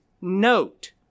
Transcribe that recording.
note